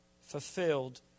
fulfilled